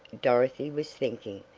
dorothy was thinking,